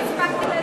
לא הספקתי להצביע,